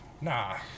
Nah